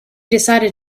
decided